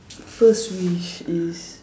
first wish is